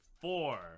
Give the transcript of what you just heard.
four